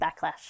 Backlash